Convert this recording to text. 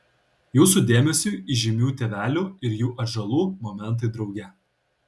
jūsų dėmesiui įžymių tėvelių ir jų atžalų momentai drauge